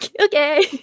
okay